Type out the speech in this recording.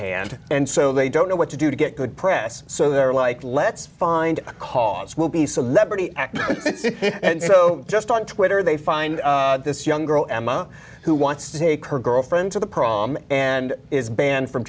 hand and so they don't know what to do to get good press so they're like let's find a cause will be celebrity and so just on twitter they find this young girl emma who wants to take her girlfriend to the prom and is banned from